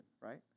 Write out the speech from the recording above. right